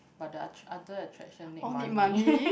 but the attr~ other attraction need money